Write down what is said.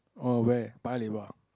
oh where Paya-Lebar